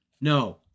No